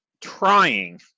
trying